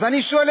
אז אני שואל,